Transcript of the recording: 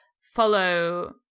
follow